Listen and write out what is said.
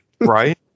Right